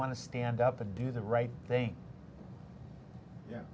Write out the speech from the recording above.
want to stand up and do the right thing yeah